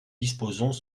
disposons